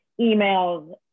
emails